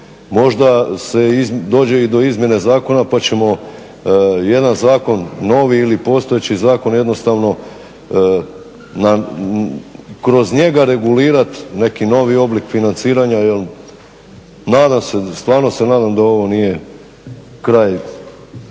možda se dođe do izmjene zakona pa ćemo jedan zakon novi ili postojeći zakon jednostavno kroz njega regulirati neki novi oblik financiranja jer nadam se stvarno se nadam da ovo nije kraj